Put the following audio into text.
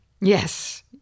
Yes